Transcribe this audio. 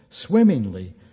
swimmingly